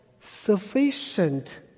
sufficient